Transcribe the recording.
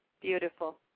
beautiful